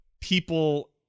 people